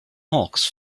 hawks